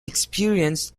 experienced